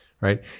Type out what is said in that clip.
Right